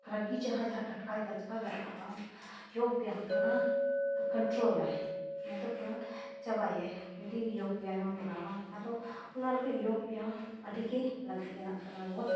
ᱨᱟᱹᱜᱤ ᱡᱟᱦᱟᱸ ᱡᱟᱦᱟᱸ ᱴᱟᱴᱠᱟ ᱟᱪᱠᱟᱜᱮ ᱨᱟᱠᱟᱵᱽᱼᱟ ᱡᱳᱜᱽ ᱵᱮᱭᱟᱢ ᱫᱚ ᱚᱱᱟ ᱠᱳᱱᱴᱨᱳᱞᱟᱭ ᱱᱚᱛᱮ ᱪᱟᱵᱟᱭᱟᱭ ᱡᱩᱫᱤ ᱡᱳᱜᱽ ᱵᱮᱭᱟᱢᱮᱢ ᱠᱚᱨᱟᱣᱟ ᱮᱱᱠᱷᱟᱱ ᱫᱚ ᱚᱱᱟ ᱞᱟᱹᱜᱤᱫ ᱡᱳᱜᱽ ᱵᱮᱭᱟᱢ ᱟᱹᱰᱤᱜᱮ ᱞᱟᱹᱠᱛᱤᱭᱟᱱᱟᱜ ᱠᱟᱱᱟ ᱟᱵᱚᱣᱟᱜ